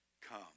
come